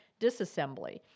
disassembly